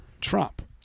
Trump